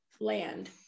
land